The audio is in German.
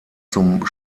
zum